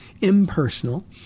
impersonal